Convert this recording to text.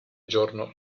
giorno